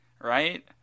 right